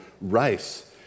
race